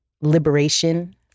liberation